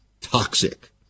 toxic